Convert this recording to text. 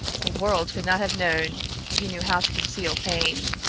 the world could not have known, for he knew how to conceal pain.